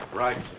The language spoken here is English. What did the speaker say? right.